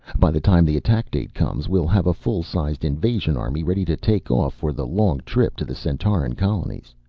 by the time the attack date comes we'll have a full-sized invasion army ready to take off for the long trip to the centauran colonies.